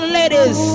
ladies